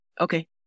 Okay